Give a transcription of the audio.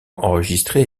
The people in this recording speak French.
enregistré